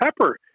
Pepper